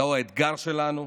זהו האתגר שלנו.